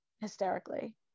hysterically